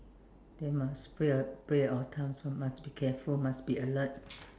then must pray our pray our times must be careful must be alert